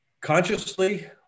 consciously